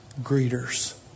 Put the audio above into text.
greeters